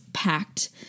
packed